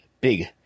big